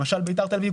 למשל בית"ר תל אביב,